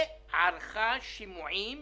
וגם ערכו שימועים